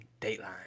Dateline